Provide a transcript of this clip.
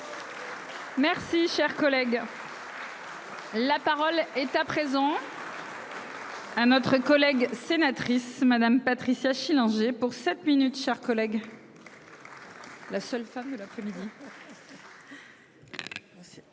Merci cher collègue. La parole est à présent. Un autre collègue sénatrice Madame, Patricia Schillinger pour sept minutes, chers collègues. La seule femme de l'après-midi.